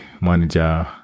manager